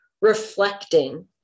reflecting